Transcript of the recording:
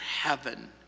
heaven